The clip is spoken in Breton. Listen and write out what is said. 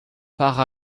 petra